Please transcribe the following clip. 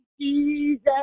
Jesus